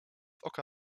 oka